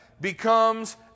becomes